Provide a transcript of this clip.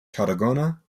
tarragona